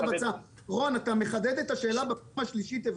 רון אתה מחדד את השאלה שלך בפעם השלישית,